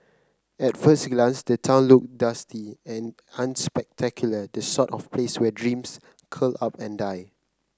at first glance the town look dusty and unspectacular the sort of place where dreams curl up and die